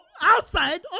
outside